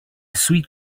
sweet